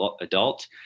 adult